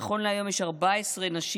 נכון להיום יש 14 נשים